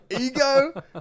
Ego